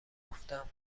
گفتم